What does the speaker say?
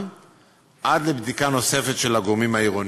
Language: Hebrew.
עד לבדיקה נוספת של הגורמים העירוניים.